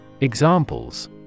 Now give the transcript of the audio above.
Examples